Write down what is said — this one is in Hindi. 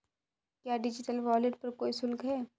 क्या डिजिटल वॉलेट पर कोई शुल्क है?